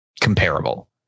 Comparable